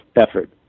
effort